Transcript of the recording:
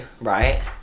right